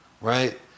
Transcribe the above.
right